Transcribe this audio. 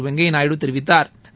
வெங்கையா நாயுடு தெரிவித்தாா்